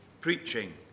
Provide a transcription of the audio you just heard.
preaching